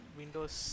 windows